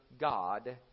God